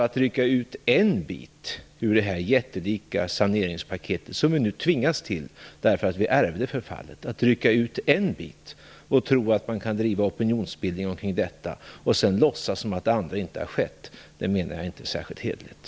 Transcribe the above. Att rycka ut en bit ur det här jättelika saneringspaketet, som vi nu tvingas till, därför att vi ärvde förfallet, och tro att man kan driva opinionsbildning omkring detta och sedan låtsas som att det andra inte har skett, det är, menar jag, inte särskilt hederligt.